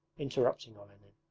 interrupting olenin. it